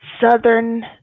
southern